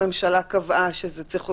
הממשלה קבעה שזה צריך להיות